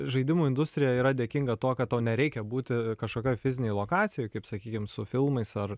žaidimų industrija yra dėkinga tuo kad tau nereikia būti kažkokioj fizinėj lokacijoj kaip sakykim su filmais ar